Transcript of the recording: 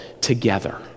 together